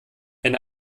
eine